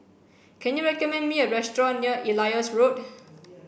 can you recommend me a restaurant near Elias Road